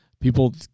People